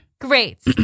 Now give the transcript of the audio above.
Great